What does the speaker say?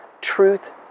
truth